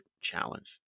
challenge